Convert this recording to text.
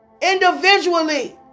individually